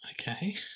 Okay